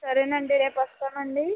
సరేనండి రేపు వస్తామండి